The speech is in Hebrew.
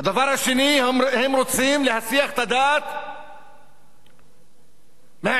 הם רוצים להסיח את הדעת מהעניין החברתי.